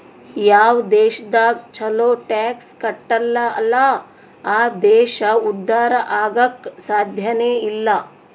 ಯಾವ್ ದೇಶದಾಗ್ ಛಲೋ ಟ್ಯಾಕ್ಸ್ ಕಟ್ಟಲ್ ಅಲ್ಲಾ ಆ ದೇಶ ಉದ್ಧಾರ ಆಗಾಕ್ ಸಾಧ್ಯನೇ ಇಲ್ಲ